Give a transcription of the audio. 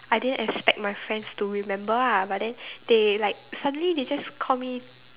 I didn't expect my friends to remember ah but then they like suddenly they just call me